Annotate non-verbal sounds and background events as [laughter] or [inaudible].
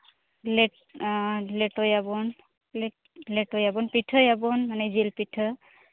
[unintelligible] ᱞᱮᱴᱚᱭᱟᱵᱚᱱ ᱞᱮᱴᱚᱭᱟᱵᱚᱱ ᱯᱤᱴᱷᱟᱹᱭᱟᱵᱚᱱ ᱢᱟᱱᱮ ᱡᱤᱞ ᱯᱤᱴᱷᱟᱹ